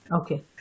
Okay